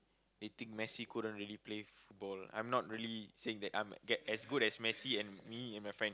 they think Messi couldn't really play football I'm not really saying that I'm g~ as good as Messi and me and my friend